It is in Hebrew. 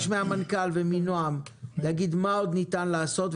אני מבקש מן המנכ"ל אמיר הלוי ומנעם דן להגיד מה עוד ניתן לעשות,